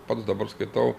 pats dabar skaitau